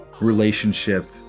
relationship